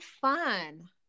fun